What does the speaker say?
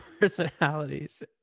personalities